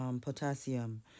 Potassium